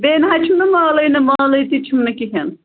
بیٚیہِ نہَ حظ چھُم نہٕ مٲلٕے نہٕ مٲلٕے تہِ چھُم نہٕ کِہیٖنٛۍ